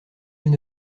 elle